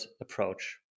approach